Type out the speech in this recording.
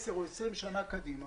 עשר או 20 שנה קדימה,